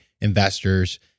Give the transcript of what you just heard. investors